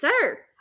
sir